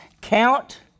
count